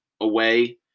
away